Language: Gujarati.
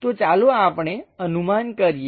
તો ચાલો આપણે અનુમાન કરીએ